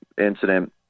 incident